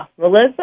Melissa